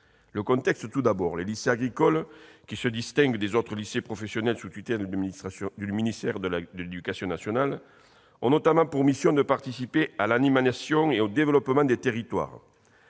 le contexte. Les lycées agricoles, qui se distinguent des autres lycées professionnels sous tutelle du ministère de l'éducation nationale, ont notamment pour mission de participer à l'animation et au développement des territoires.